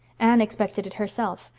anne expected it herself.